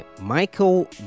michael